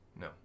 No